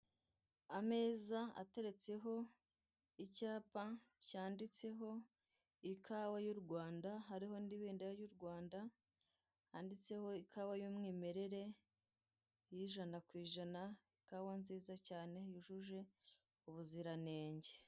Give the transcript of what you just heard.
Ameza ateretseho icyapa cyanditseho ikawa y'u Rwanda hariho n'ibendera ry'u Rwanda, handitseho ikawa y'umwimerere y'ijana ku ijana ikawa nziza cyane yujuje ubuzirantenge.